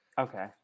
Okay